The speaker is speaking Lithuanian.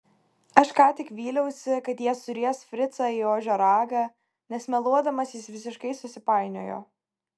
aš ką tik vyliausi kad jie suries fricą į ožio ragą nes meluodamas jis visiškai susipainiojo